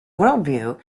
worldview